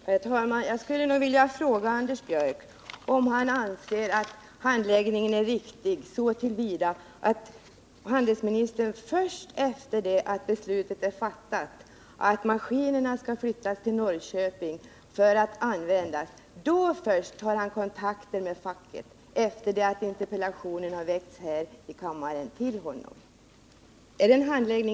Herr talman! Jag skulle vilja fråga Anders Björck om han anser att handläggningen är riktig när handelsministern tar kontakt med facket först efter det att beslutet är fattat om att maskinerna skall flyttas till Norrköping för att användas — och efter det att interpellationen har framställts här i kammaren.